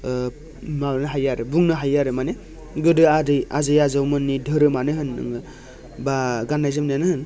ओ माबानो हायो आरो बुंनो हायो माने गोदो आदै आजै आजौमोननि धोरोमानो होन नोङो बा गाननाय जोमनायानो होन